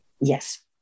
Yes